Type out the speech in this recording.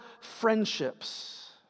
friendships